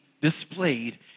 displayed